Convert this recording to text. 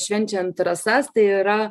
švenčiant rasas tai yra